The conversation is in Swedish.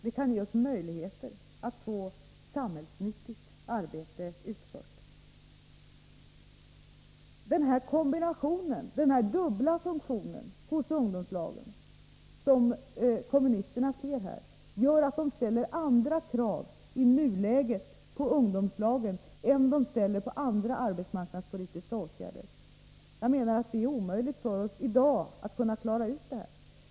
De kan ge oss möjligheter att få samhällsnyttigt arbete utfört. Den här dubbla funktionen hos ungdomslagen, som kommunisterna ser, gör att de ställer andra krav i nuläget på ungdomslagen än på andra arbetsmarknadspolitiska åtgärder. Jag menar att det i dag är omöjligt för oss att klara ut detta.